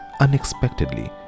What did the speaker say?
unexpectedly